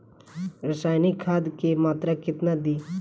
रसायनिक खाद के मात्रा केतना दी?